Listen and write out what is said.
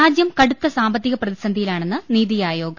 രാജ്യം കടുത്ത സാമ്പത്തിക പ്രതിസന്ധിയിലാണെന്ന് നിതി ആയോഗ്